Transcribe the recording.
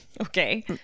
Okay